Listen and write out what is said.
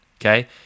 okay